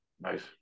Nice